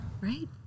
right